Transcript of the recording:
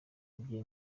bye